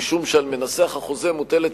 כי על מנסח החוזה מוטלת,